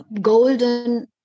golden